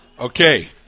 Okay